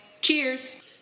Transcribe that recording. Cheers